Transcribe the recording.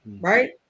right